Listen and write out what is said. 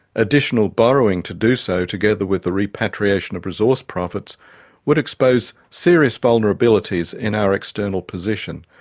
additional borrowing to do so together with the repatriation of resource profits would expose serious vulnerabilities in our external position.